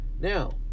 Now